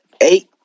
Eight